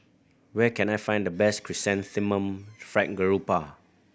where can I find the best Chrysanthemum Fried Garoupa